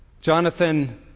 Jonathan